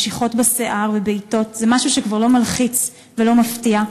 משיכות בשיער ובעיטות זה משהו שכבר לא מלחיץ ולא מפתיע,